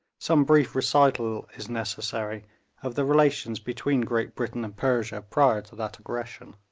some brief recital is necessary of the relations between great britain and persia prior to that aggression.